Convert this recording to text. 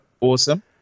awesome